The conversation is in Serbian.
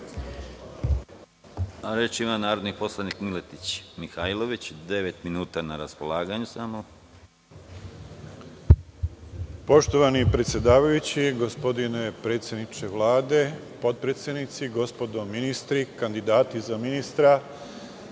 Reč ima narodni poslanik Miletić Mihajlović. Imate devet minuta na raspolaganju. **Miletić Mihajlović** Poštovani predsedavajući, gospodine predsedniče Vlade, potpredsednici, gospodo ministri, kandidati za ministre,